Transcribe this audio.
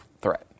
threat